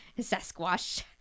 sasquatch